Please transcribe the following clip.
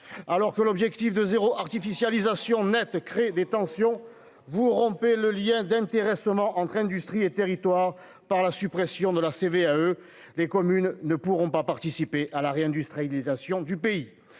alors que l'objectif de 0 artificialisation nette crée des tensions vous rompez le lien d'intéressement entre industrie et territoires par la suppression de la CVAE les communes ne pourront pas participer à la réindustrialisation du pays,